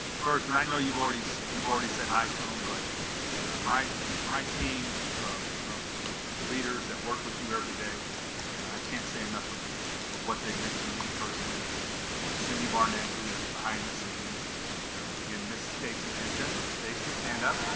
first and i know you've already you've already said hi to him good my my team of of leaders that work with you every day i can't say enough of what they meant to me personally um cindy barnett who is behind the scenes again mrs. stacy denton stacy stand up